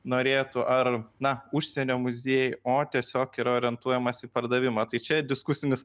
norėtų ar na užsienio muziejai o tiesiog yra orientuojamasi į pardavimą tai čia diskusinis